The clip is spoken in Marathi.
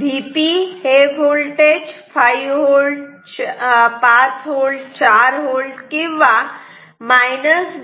Vp हे व्होल्टेज 5V 4V किंवा